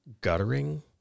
guttering